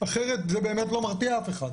אחרת זה באמת לא מרתיע אף אחד.